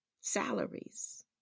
salaries